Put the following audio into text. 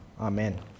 Amen